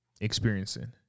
experiencing